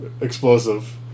explosive